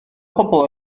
pobl